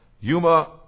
Yuma